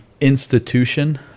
institution